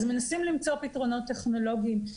אז מנסים למצוא פתרונות טכנולוגיים.